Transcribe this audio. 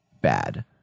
bad